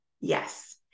Yes